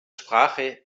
sprache